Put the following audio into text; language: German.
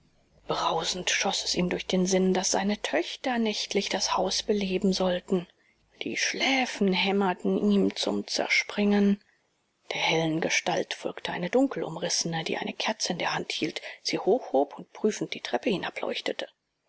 brausend schoß es ihm durch den sinn daß seine töchter nächtlich das haus beleben sollten die schläfen hämmerten ihm zum zerspringen der hellen gestalt folgte eine dunkelumrissene die eine kerze in der hand hielt sie hochhob und prüfend die treppe